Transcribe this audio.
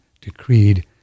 decreed